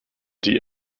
die